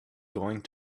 going